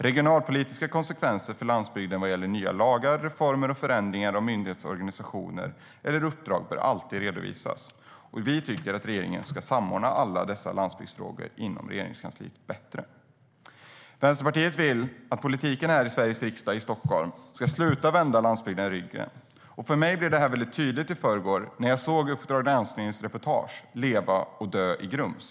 Regionalpolitiska konsekvenser för landsbygden av nya lagar, reformer och förändringar av myndighetsorganisationer eller uppdrag bör alltid redovisas. Vi tycker att regeringen ska samordna alla dessa landsbygdsfrågor inom Regeringskansliet bättre. Vänsterpartiet vill att politiken här i Sveriges riksdag i Stockholm ska sluta vända landsbygden ryggen. För mig blev det väldigt tydligt i förrgår när jag såg Uppdrag gransknings reportage Leva och dö i Grums .